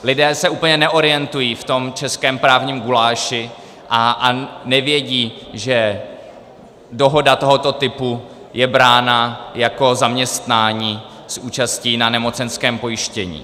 Lidé se úplně neorientují v tom českém právním guláši a nevědí, že dohoda tohoto typu je brána jako zaměstnání s účastí na nemocenském pojištění.